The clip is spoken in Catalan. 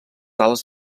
ales